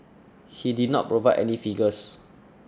he did not provide any figures